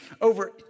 over